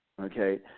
Okay